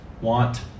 want